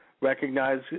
recognize